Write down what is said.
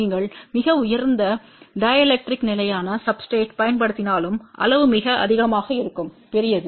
நீங்கள் மிக உயர்ந்த டைஎலெக்ட்ரிக் நிலையான சப்ஸ்டிரேட்றைப் பயன்படுத்தினாலும் அளவு மிக அதிகமாக இருக்கும் பெரியது